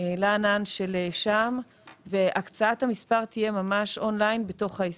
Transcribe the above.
לענן של שע"מ והקצאת המספר תהיה ממש און-ליין בתוך העסקה.